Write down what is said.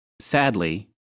Sadly